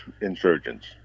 insurgents